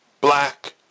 black